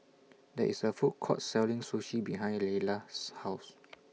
There IS A Food Court Selling Sushi behind Layla's House